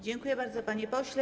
Dziękuję bardzo, panie pośle.